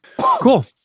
Cool